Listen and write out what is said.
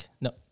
No